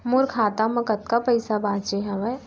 मोर खाता मा कतका पइसा बांचे हवय?